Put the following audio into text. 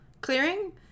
clearing